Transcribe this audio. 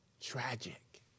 tragic